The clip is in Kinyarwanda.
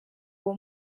uwo